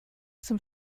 zum